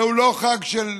זהו לא חג של קבוצה,